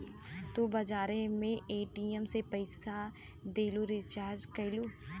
तू बजारे मे ए.टी.एम से पइसा देलू, रीचार्ज कइलू